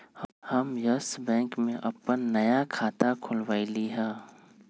हम Yes Bank में अप्पन नया खाता खोलबईलि ह